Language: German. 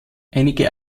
einige